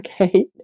Okay